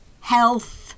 health